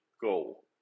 goal